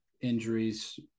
injuries